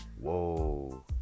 Whoa